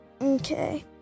Okay